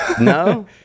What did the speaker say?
No